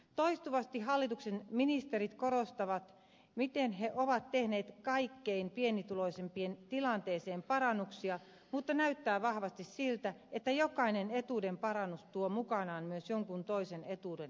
toistuvasti hallituksen ministerit korostavat miten he ovat tehneet kaikkein pienituloisimpien tilanteeseen parannuksia mutta näyttää vahvasti siltä että jokainen etuuden parannus tuo mukanaan myös jonkun toisen etuuden heikkenemisen